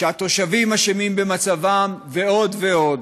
שהתושבים אשמים במצבם ועוד ועוד.